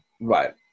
right